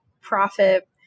profit